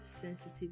sensitive